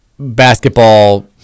basketball